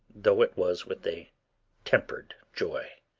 though it was with a tempered joy.